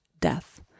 death